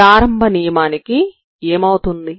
ప్రారంభ నియమానికి ఏమవుతుంది